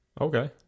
Okay